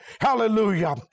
Hallelujah